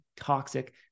toxic